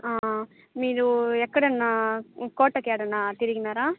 మీరు ఎక్కడన్నా కోటకి ఏడన్నా తిరిగినారా